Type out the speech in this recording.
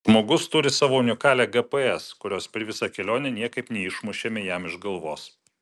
žmogus turi savo unikalią gps kurios per visą kelionę niekaip neišmušėme jam iš galvos